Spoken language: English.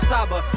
Saba